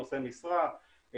נושאי משרה,